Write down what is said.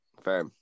fair